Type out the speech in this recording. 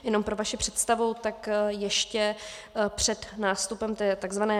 Jenom pro vaši představu, tak ještě před nástupem tzv.